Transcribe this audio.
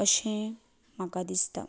अशें म्हाका दिसता